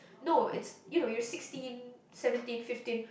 no it's you know you're sixteen seventeen fifteen